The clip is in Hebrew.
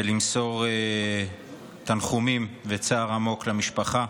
ולמסור תנחומים וצער עמוק למשפחה.